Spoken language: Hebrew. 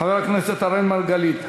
חבר הכנסת אראל מרגלית.